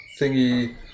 thingy